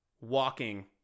walking